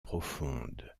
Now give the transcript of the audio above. profondes